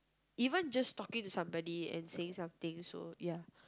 even just talking to somebody and saying something so ya